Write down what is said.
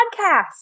podcast